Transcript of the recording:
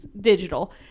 digital